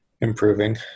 improving